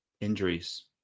injuries